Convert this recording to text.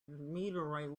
meteorite